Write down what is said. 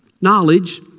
knowledge